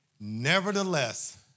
Nevertheless